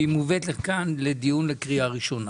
והיא מובאת לכאן לדיון לקריאה ראשונה,